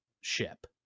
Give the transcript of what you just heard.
ship